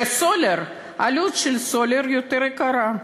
שעלות של סולר יותר גבוהה.